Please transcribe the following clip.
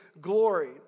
glory